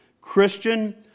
Christian